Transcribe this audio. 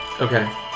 Okay